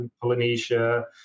Polynesia